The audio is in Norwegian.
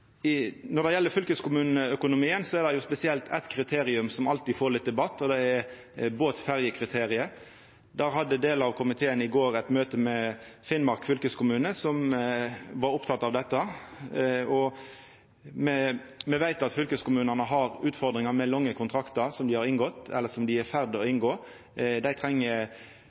fylkestingspolitikarar. Når det gjeld fylkeskommuneøkonomien, er det spesielt eitt kriterium som alltid får litt debatt. Det er båt- og ferjekriteriet. Der hadde delar av komiteen i går eit møte med Finnmark fylkeskommune, der dei var opptekne av dette. Me veit at fylkeskommunane har utfordringar med lange kontraktar dei har inngått eller er i ferd med å inngå. Dei treng